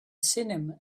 simum